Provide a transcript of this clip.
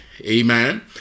amen